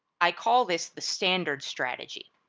i call this the standard strategy.